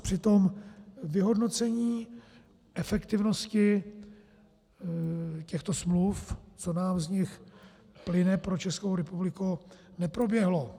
Přitom vyhodnocení efektivnosti těchto smluv, co nám z nich plyne pro Českou republiku, neproběhlo.